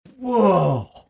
Whoa